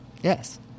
Yes